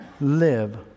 live